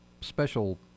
special